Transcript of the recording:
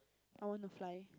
I want to fly